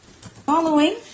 following